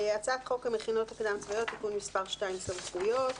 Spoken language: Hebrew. "הצעת חוק המכינות הקדם צבאיות (תיקון מס' 2)(סמכויות)